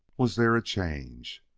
was there a change,